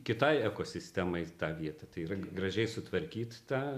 kitai ekosistemai tą vietą tai yra gražiai sutvarkyt tą